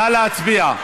נא להצביע.